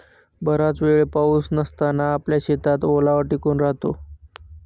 बराच वेळ पाऊस नसताना आपल्या शेतात ओलावा टिकून राहतो